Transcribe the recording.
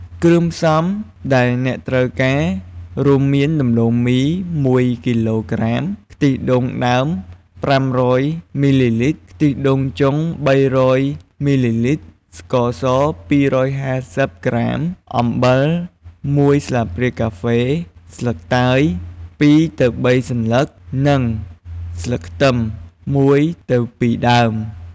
គ្រឿងផ្សំដែលអ្នកត្រូវការ រួមមានដំឡូងមី ១ គីឡូក្រាម ខ្ទិះដូងដើម ៥០០ មីលីលីត្រ ខ្ទិះដូងចុង ៣០០ មីលីលីត្រ ស្ករស ២៥០ ក្រាម អំបិល ១ ស្លាបព្រាកាហ្វេ ស្លឹកតើយ ២ទៅ៣ សន្លឹក និងស្លឹកខ្ទឹម ១ទៅ២ ដើម។